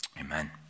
amen